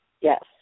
Yes